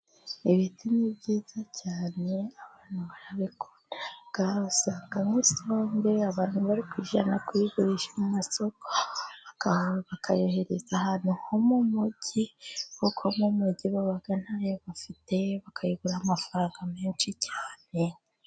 Ibiti ni byiza cyane, abantu barabikunda, usanga nk'isombe abantu bari kuyijyana kuyigurisha mu masoko, bakayohereza ahantu ho mu mujyi kuko mu mujyi baba ntayo bafite, bakayigura amafaranga menshi cyane.